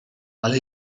ale